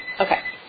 Okay